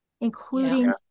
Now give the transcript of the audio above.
including